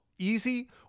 easy